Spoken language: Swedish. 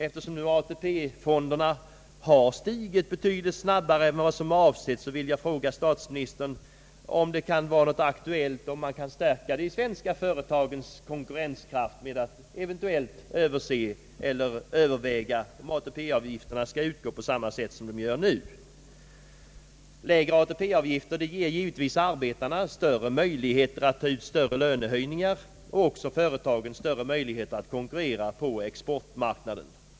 Eftersom nu ATP-fonderna har = stigit betydligt snabbare än vad som avsetts, vill jag fråga statsministern om det nu kan tänkas vara aktuellt att stärka de svenska företagens konkurrenskraft genom att eventuellt överväga huruvida ATP-avgifterna skall utgå på samma sätt som de nu gör. Lägre ATP-avgifter ger givetvis arbetarna större möjligheter att ta ut större lönehöjningar och företagen större möjligheter att konkurrera på exportmarknaden.